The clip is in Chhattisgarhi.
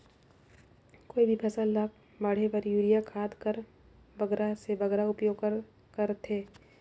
कोई भी फसल ल बाढ़े बर युरिया खाद कर बगरा से बगरा उपयोग कर थें?